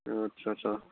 आस्सा आस्सा